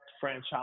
franchise